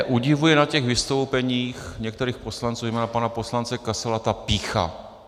Udivuje mě na vystoupeních některých poslanců, zejména pana poslance Kasala, ta pýcha.